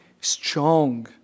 strong